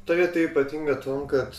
ta vieta ypatinga tuom kad